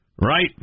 Right